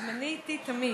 זמני איתי תמיד.